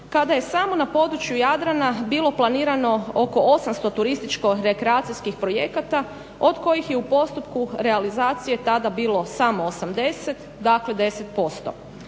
kada je samo na području Jadrana bilo planirano oko 800 turističko-rekreacijskih projekata od kojih je u postupku realizacije tada bilo samo 80, dakle 10%.